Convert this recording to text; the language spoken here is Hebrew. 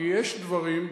כי יש דברים,